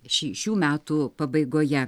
šį šių metų pabaigoje